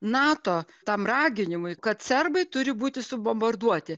nato tam raginimui kad serbai turi būti subombarduoti